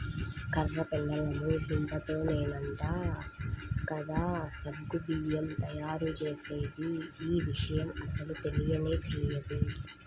కర్ర పెండలము దుంపతోనేనంట కదా సగ్గు బియ్యం తయ్యారుజేసేది, యీ విషయం అస్సలు తెలియనే తెలియదు